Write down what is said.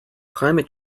climate